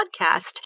podcast